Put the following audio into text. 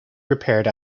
repaired